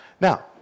Now